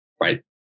right